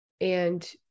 And-